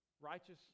righteous